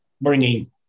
bringing